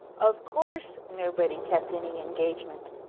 of course nobody kept any engagement.